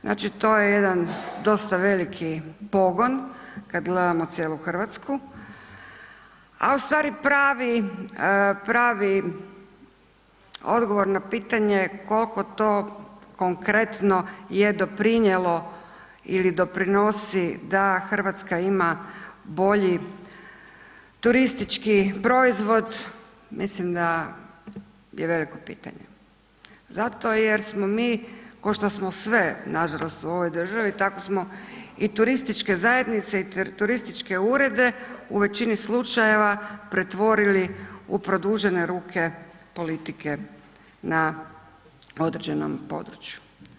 Znači, to je jedan dosta veliki pogon kad gledamo cijelu RH, a u stvari pravi odgovor na pitanje kolko to konkretno je doprinijelo ili doprinosi da RH ima bolji turistički proizvod, mislim da je veliko pitanje zato jer smo mi košto smo sve, nažalost, u ovoj državi, tako smo i turističke zajednice i turističke urede u većini slučajeva pretvorili u produžene ruke politike na određenom području.